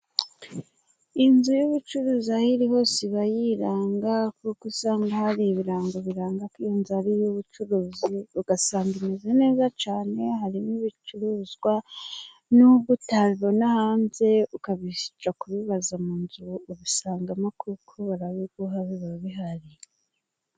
Inzu y'ubucuruzi aho iri hose iba yiranga, kuko usanga hari ibirango biranga ko iyo nzu ari iy'ubucuruzi, ugasanga imeze neza cyane harimo n'ibicuruzwa, n'ubwo utabibona hanze, ukajya kubibaza mu nzu ubisangamo, kuko barabiguha biba bihari.